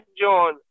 John